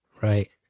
Right